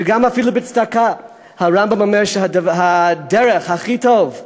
וגם אפילו בצדקה, הרמב"ם אומר שהדרך הכי טובה